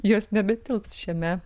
jos nebetilps šiame